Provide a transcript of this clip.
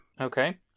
Okay